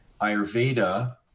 Ayurveda